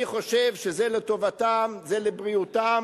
אני חושב שזה לטובתם, זה לבריאותם,